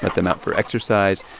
but them out for exercise.